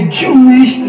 jewish